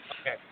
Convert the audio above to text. Okay